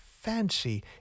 fancy